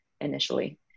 initially